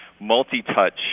multi-touch